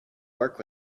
work